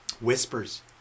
Whispers